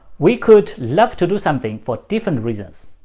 we could love to do something for different reasons.